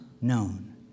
known